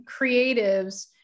creatives